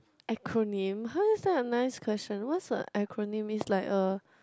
acronym how is that a nice question what's a acronym is like a